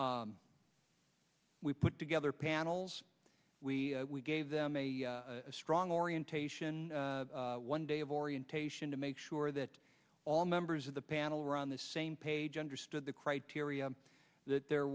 we put together panels we we gave them a strong orientation one day of orientation to make sure that all members of the panel around the same page understood the criteria that there